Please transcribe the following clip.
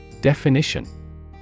Definition